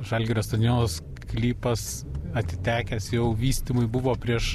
žalgirio stadiono sklypas atitekęs jau vystymui buvo prieš